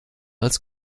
als